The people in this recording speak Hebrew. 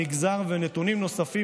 המגזר ונתונים נוספים,